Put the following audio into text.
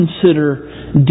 consider